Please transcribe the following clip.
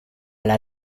alla